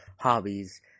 hobbies